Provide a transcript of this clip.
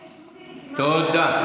תודה.